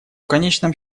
конечном